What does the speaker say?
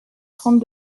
trente